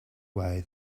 way